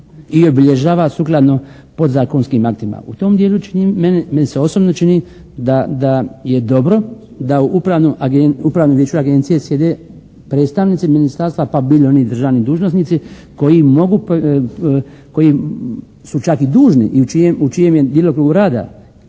i obilježava sukladno podzakonskim aktima. U tom dijelu meni se osobno čini da je dobro da u Upravnom vijeću Agencije sjede predstavnici ministarstva pa bili oni državni dužnosnici koji su čak i dužni i u čijem je djelokrugu rada